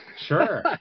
Sure